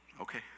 Okay